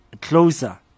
Closer